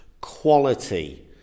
quality